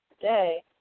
today